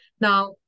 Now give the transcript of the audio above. Now